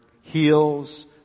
heals